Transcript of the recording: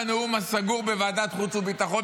גם בנאום הסגור בוועדת החוץ והביטחון,